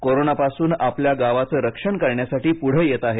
कोरोनापासून आपल्या गावाचं रक्षण करण्यासाठी पुढे येत आहेत